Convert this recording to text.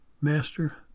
Master